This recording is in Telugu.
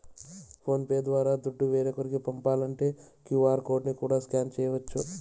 ఫోన్ పే ద్వారా దుడ్డు వేరోకరికి పంపాలంటే క్యూ.ఆర్ కోడ్ ని కూడా స్కాన్ చేయచ్చు